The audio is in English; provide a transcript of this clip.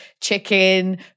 chicken